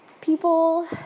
people